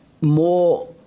more